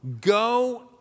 go